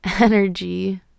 energy